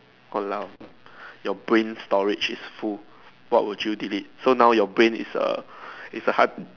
!walao! your brain storage is full what would you delete so now your brain is a is a hard